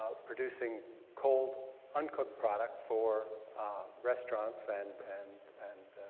produceing cold uncooked product for restaurants and and and